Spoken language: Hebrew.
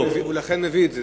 לכן הוא מביא את זה.